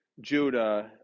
Judah